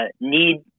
need